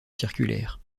circulaire